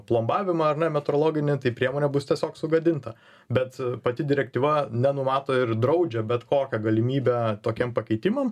plombavimą ar ne metrologinį tai priemonė bus tiesiog sugadinta bet pati direktyva nenumato ir draudžia bet kokią galimybę tokiem pakeitimam